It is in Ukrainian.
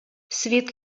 світ